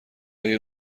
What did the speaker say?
آیا